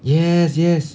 yes yes